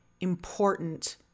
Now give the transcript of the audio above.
important